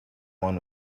one